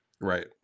Right